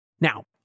Now